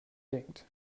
denkt